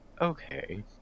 okay